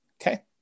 Okay